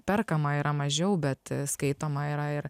perkama yra mažiau bet skaitoma yra ir